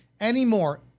anymore